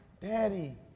Daddy